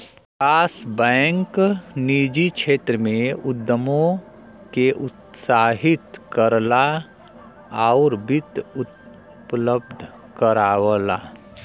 विकास bank निजी क्षेत्र में उद्यमों के प्रोत्साहित करला आउर वित्त उपलब्ध करावला